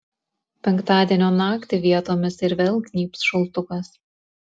penktadienio naktį vietomis ir vėl gnybs šaltukas